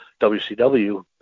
WCW